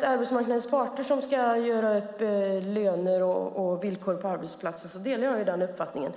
det är arbetsmarknadens parter som ska göra upp om löner och villkor på arbetsplatser, och jag delar den uppfattningen.